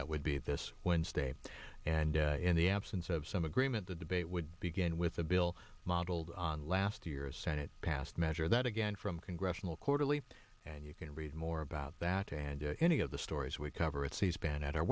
that would be this wednesday and in the absence of some agreement the debate would begin with a bill modeled on last year's senate passed measure that again from congressional quarterly and you can read more about that and any of the stories we cover at cspan at our